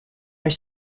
are